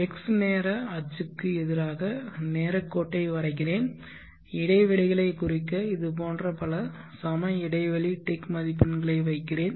x நேர அச்சுக்கு எதிராக நேரக் கோட்டை வரைகிறேன் இடைவெளிகளைக் குறிக்க இதுபோன்ற பல சம இடைவெளி டிக் மதிப்பெண்களை வைக்கிறேன்